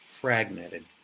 fragmented